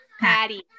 patty